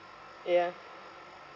yeah